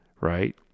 right